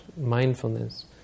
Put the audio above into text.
mindfulness